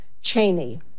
Cheney